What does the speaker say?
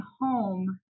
home